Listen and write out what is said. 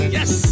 Yes